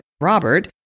Robert